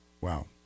Wow